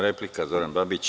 Replika, Zoran Babić.